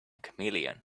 chameleon